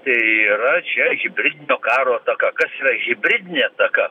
tai yra čia hibridinio karo tokio kas čia hibridinė ataka